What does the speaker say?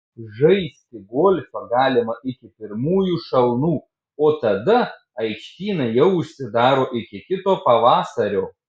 žaisti golfą galima iki pirmųjų šalnų o tada aikštynai jau užsidaro iki kito pavasario